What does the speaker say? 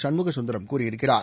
சண்முகசுந்தரம் கூறியிருக்கிறார்